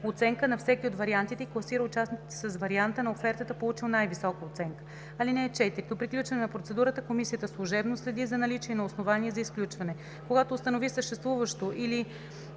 оценка на всеки от вариантите и класира участниците с варианта на офертата, получил най-висока оценка. (4) До приключване на процедурата комисията служебно следи за наличие на основание за изключване. Когато установи съществуващо или